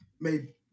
made